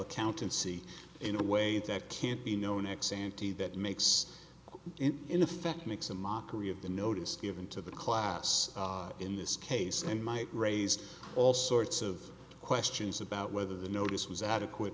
accountancy in a way that can't be known ex ante that makes it in effect makes a mockery of the notice given to the class in this case and might raise all sorts of questions about whether the notice was adequate